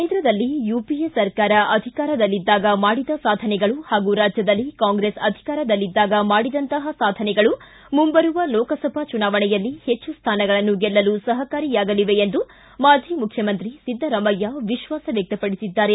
ಕೇಂದ್ರದಲ್ಲಿ ಯುಪಿಎ ಸರ್ಕಾರ ಅಧಿಕಾರದಲ್ಲಿದ್ದಾಗ ಮಾಡಿದ ಸಾಧನೆಗಳು ಹಾಗೂ ರಾಜ್ಯದಲ್ಲಿ ಕಾಂಗ್ರೆಸ್ ಅಧಿಕಾರದಲ್ಲಿದ್ದಾಗ ಮಾಡಿದಂತಹ ಸಾಧನೆಗಳು ಮುಂಬರುವ ಲೋಕಸಭಾ ಚುನಾವಣೆಯಲ್ಲಿ ಹೆಚ್ಚು ಸ್ವಾನಗಳನ್ನು ಗೆಲ್ಲಲು ಸಹಕಾರಿಯಾಗಲಿವೆ ಎಂದು ಮಾಜಿ ಮುಖ್ಯಮಂತ್ರಿ ಸಿದ್ದರಾಮಯ್ಯ ವಿಶ್ವಾಸ ವ್ಯಕ್ತಪಡಿಸಿದ್ದಾರೆ